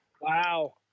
Wow